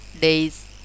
days